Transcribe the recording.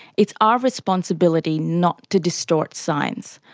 it's our responsibility not to distort science,